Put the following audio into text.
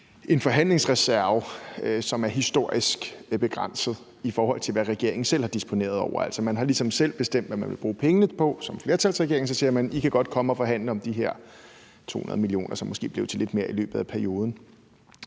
en forhandlingsreserve, som er historisk begrænset, i forhold til hvad regeringen selv har disponeret over. Altså, man har ligesom selv bestemt, hvad man ville bruge pengene på. Som flertalsregering siger man: I kan godt komme og forhandle om de her 200 mio. kr., som måske blev til lidt mere i løbet af perioden.